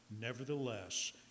Nevertheless